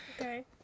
Okay